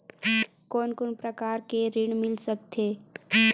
कोन कोन प्रकार के ऋण मिल सकथे?